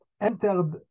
entered